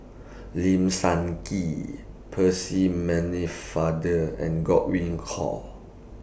Lim Sun Gee Percy Many Father and Godwin Koay